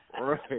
Right